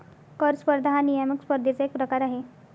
कर स्पर्धा हा नियामक स्पर्धेचा एक प्रकार आहे